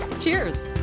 Cheers